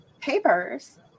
papers